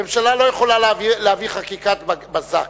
הממשלה לא יכולה להביא חקיקת בזק.